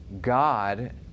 God